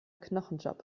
knochenjob